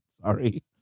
Sorry